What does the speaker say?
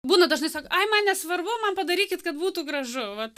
būna dažnai sako ai man nesvarbu man padarykit kad būtų gražu vat